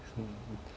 mm